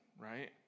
right